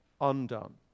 undone